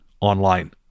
online